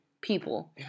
people